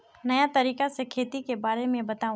नया तरीका से खेती के बारे में बताऊं?